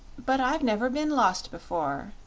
but i've never been lost before,